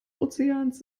ozeans